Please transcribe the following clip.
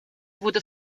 wurde